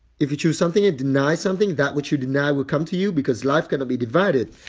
if you choose something and deny something, that which you deny will come to you, because life cannot be divided.